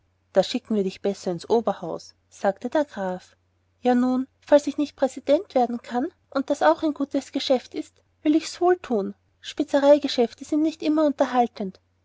da schicken wir dich besser ins oberhaus sagte der graf ja nun falls ich nicht präsident werden kann und das auch ein gutes geschäft ist will ich's wohl thun spezereigeschäfte sind nicht immer unterhaltend